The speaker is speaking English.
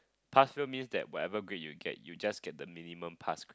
past fail means that whatever grade you get you just get the minimum pass